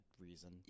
reason